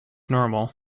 normal